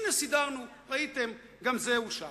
הנה סידרנו, ראיתם, גם זה אושר.